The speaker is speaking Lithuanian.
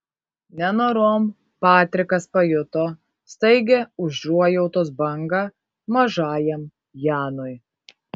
nenorom patrikas pajuto staigią užuojautos bangą mažajam janui